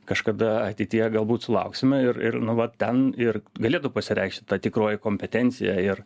kažkada ateityje galbūt sulauksime ir ir nu va ten ir galėtų pasireikšti ta tikroji kompetencija ir